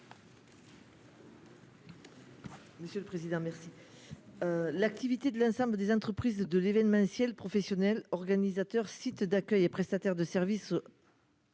Monsieur le président merci l'activité de l'ensemble des entreprises de l'événementiel professionnel, organisateur sites d'accueil et prestataires de service.